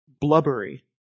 blubbery